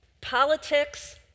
politics